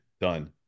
done